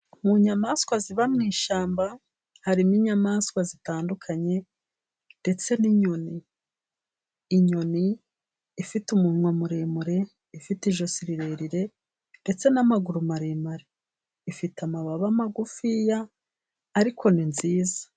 Mu nyamaswa ziba mu ishyamba harimo inyamaswa zitandukanye ndetse n'inyoni. Inyoni ifite umunwa muremure ifite ijosi rirerire ndetse n'amaguru maremare ifite amababa magufi ariko ni nziza.